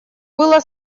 было